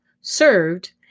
served